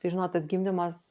tai žinot tas gimdymas